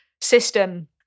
system